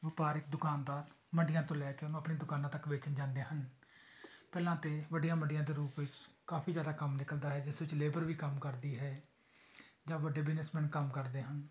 ਵਪਾਰਿਕ ਦੁਕਾਨਦਾਰ ਮੰਡੀਆਂ ਤੋਂ ਲੈ ਕੇ ਉਹਨੂੰ ਆਪਣੀ ਦੁਕਾਨਾਂ ਤੱਕ ਵੇਚਣ ਜਾਂਦੇ ਹਨ ਪਹਿਲਾਂ ਤਾਂ ਵੱਡੀਆਂ ਮੰਡੀਆਂ ਦੇ ਰੂਪ ਵਿੱਚ ਕਾਫ਼ੀ ਜ਼ਿਆਦਾ ਕੰਮ ਨਿਕਲਦਾ ਹੈ ਜਿਸ ਵਿੱਚ ਲੇਬਰ ਵੀ ਕੰਮ ਕਰਦੀ ਹੈ ਜਾਂ ਵੱਡੇ ਬਿਜਨਸਮੈਨ ਕੰਮ ਕਰਦੇ ਹਨ